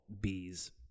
bees